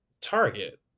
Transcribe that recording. target